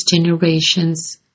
generations